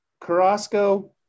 Carrasco